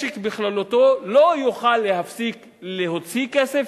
משק בכללותו לא יוכל להפסיק להוציא כסף,